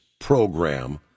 program